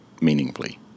meaningfully